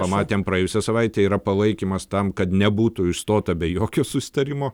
pamatėm praėjusią savaitę yra palaikymas tam kad nebūtų išstota be jokio susitarimo